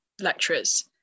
lecturers